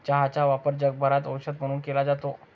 चहाचा वापर जगभरात औषध म्हणून केला जातो